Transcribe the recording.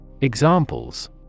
Examples